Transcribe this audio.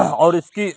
اور اس کی